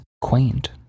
quaint